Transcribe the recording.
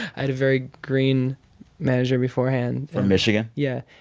i had a very green manager beforehand from michigan yeah.